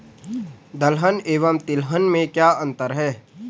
दलहन एवं तिलहन में क्या अंतर है?